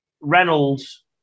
Reynolds